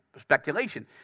speculation